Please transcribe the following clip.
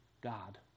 God